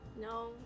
No